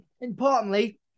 importantly